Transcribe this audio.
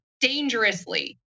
dangerously